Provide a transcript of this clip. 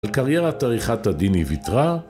על קריירת עריכת הדין היא ויתרה.